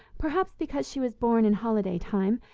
perhaps because she was born in holiday time,